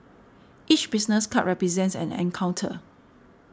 each business card represents an encounter